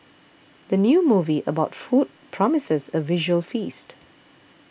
the new movie about food promises a visual feast